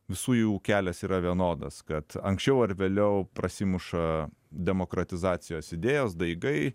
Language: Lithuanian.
visų jų kelias yra vienodas kad anksčiau ar vėliau prasimuša demokratizacijos idėjos daigai